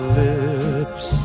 lips